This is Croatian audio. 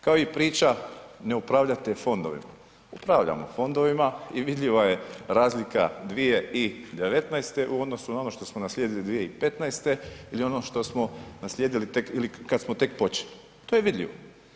Kao i priča ne upravljate fondovima, upravljamo fondovima i vidljiva je razlika 2019. u odnosu na ono što smo naslijedili 2015. ili ono što smo naslijedili tek ili kad smo tek počeli, to je vidljivo.